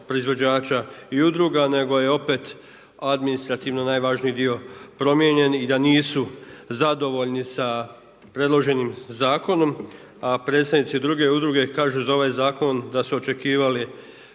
proizvođača i udruga nego je opet administrativno najvažniji dio promijenjen i da nisu zadovoljni sa predloženim zakonom a predstavnici druge udruge kažu za ovaj zakon da su očekivali